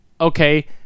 okay